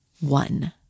One